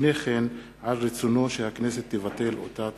לפני כן על רצונו שהכנסת תבטל אותה.